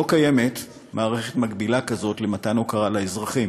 לא קיימת מערכת מקבילה כזאת למתן הוקרה לאזרחים